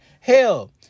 hell